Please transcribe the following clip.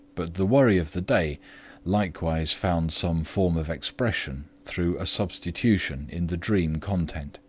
but the worry of the day likewise found some form of expression through a substitution in the dream content.